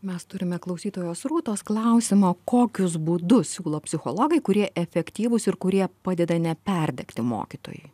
mes turime klausytojos rūtos klausimą kokius būdus siūlo psichologai kurie efektyvūs ir kurie padeda neperdegti mokytojui